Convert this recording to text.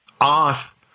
off